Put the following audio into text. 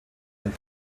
und